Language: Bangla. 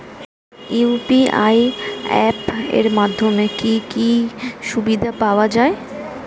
ইউ.পি.আই অ্যাপ এর মাধ্যমে কি কি সুবিধা পাওয়া যায়?